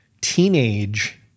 teenage